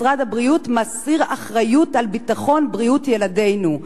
משרד הבריאות מסיר אחריות לביטחון בריאות ילדינו.